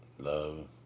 Love